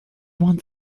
want